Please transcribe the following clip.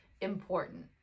important